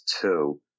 two